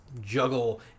juggle